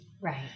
Right